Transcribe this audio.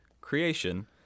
creation